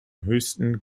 höchsten